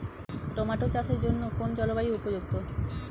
Tomato চাষের জন্য কোন জলবায়ু উপযুক্ত?